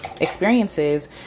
experiences